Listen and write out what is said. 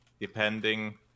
depending